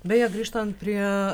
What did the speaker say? beje grįžtant prie